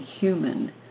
human